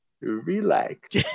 relax